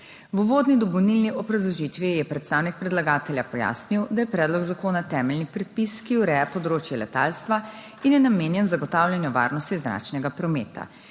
V uvodni dopolnilni obrazložitvi je predstavnik predlagatelja pojasnil, da je predlog zakona temeljni predpis, ki ureja področje letalstva in je namenjen zagotavljanju varnosti zračnega prometa.